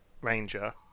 Ranger